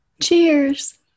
Cheers